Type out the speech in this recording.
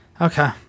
okay